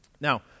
Now